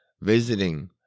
visiting